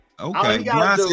Okay